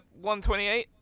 128